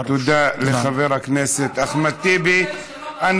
תן לחבר הכנסת טיבי לסכם את דבריו.